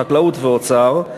החקלאות והאוצר,